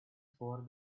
for